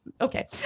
Okay